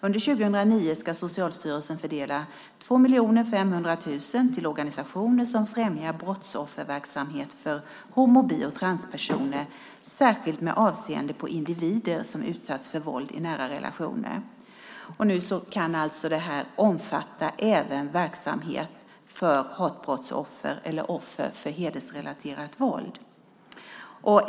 Under 2009 ska Socialstyrelsen fördela 2 500 000 kronor till organisationer som främjar brottsofferverksamhet för homo-, bi och transpersoner" särskilt med avseende på individer "som utsatts för våld i nära relationer". Nu kan alltså bidraget omfatta även verksamhet för hatbrottsoffer eller offer för hedersrelaterat våld.